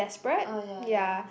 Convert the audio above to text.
oh ya ya